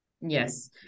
yes